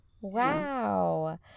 Wow